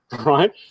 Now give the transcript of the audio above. right